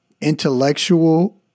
intellectual